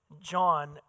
John